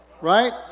Right